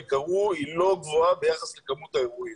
קרו היא לא גבוהה ביחס לכמות האירועים,